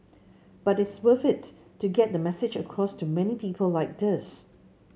but it's worth it to get the message across to many people like this